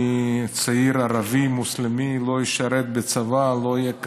צעיר ערבי מוסלמי לא ישרת בצבא, לא יהיה קצין,